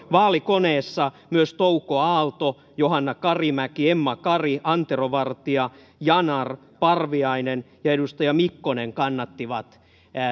vaalikoneessa myös touko aalto johanna karimäki emma kari antero vartia ya nar parviainen ja edustaja mikkonen kannattivat